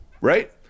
right